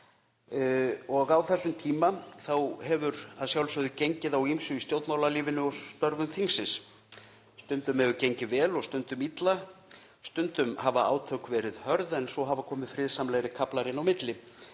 og á þessum tíma þá hefur að sjálfsögðu gengið á ýmsu í stjórnmálalífinu og störfum þingsins. Stundum hefur gengið vel og stundum illa. Stundum hafa átök verið hörð en svo hafa komið friðsamlegri kaflar inn á milli.